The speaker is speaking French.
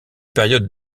période